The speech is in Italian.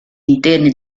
interni